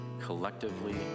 collectively